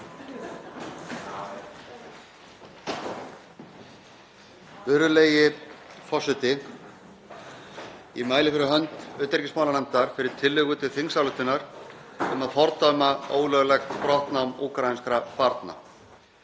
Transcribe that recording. Virðulegi forseti. Ég mæli fyrir hönd utanríkismálanefndar fyrir tillögu til þingsályktunar um að fordæma ólöglegt brottnám úkraínskra barna.